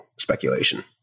speculation